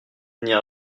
venir